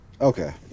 Okay